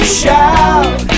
shout